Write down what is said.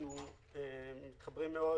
אנחנו מתחברים מאוד,